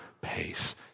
pace